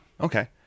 okay